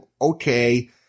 Okay